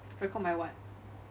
record my what